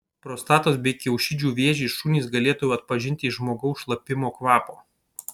prostatos bei kiaušidžių vėžį šunys galėtų atpažinti iš žmogaus šlapimo kvapo